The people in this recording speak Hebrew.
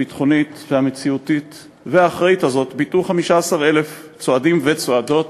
הביטחונית והמציאותית והאחראית הזאת ביטאו 15,000 צועדים וצועדות,